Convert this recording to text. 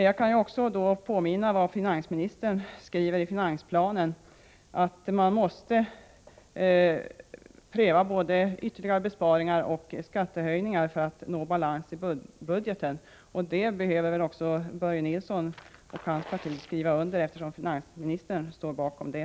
Jag kan också påminna om vad finansministern skriver i finansplanen: Vi måste pröva både ytterligare besparingar och skattehöjningar för att nå balans i budgeten. Det uttalandet bör väl också Börje Nilsson och hans parti skriva under, eftersom finansministern står bakom det.